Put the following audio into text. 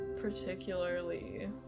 particularly